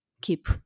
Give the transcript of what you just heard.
keep